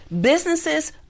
businesses